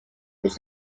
which